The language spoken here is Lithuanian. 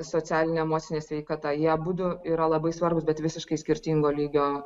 socialinė emocinė sveikata jie abudu yra labai svarbūs bet visiškai skirtingo lygio dalykai